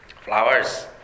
Flowers